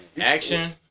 Action